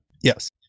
Yes